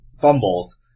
fumbles